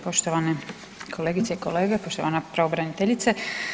Poštovane kolegice i kolege, poštovana pravobraniteljice.